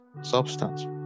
substance